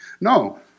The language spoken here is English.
No